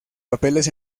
papeles